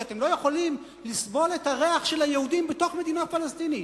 כי אתם לא יכולים לסבול את הריח של היהודים בתוך מדינה פלסטינית.